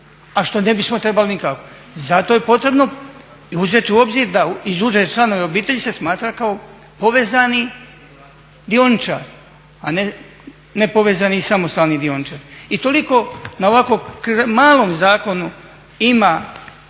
a što ne bismo trebali nikako. Zato je potrebno i uzeti u obzir da iz uže članovi obitelji se smatra kao povezani dioničari, a ne nepovezani i samostalni dioničari. I toliko na ovako malom zakonu ima